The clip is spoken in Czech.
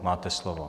Máte slovo.